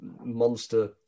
monster